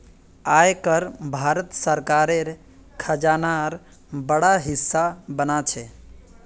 आय कर भारत सरकारेर खजानार बड़ा हिस्सा बना छे